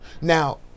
Now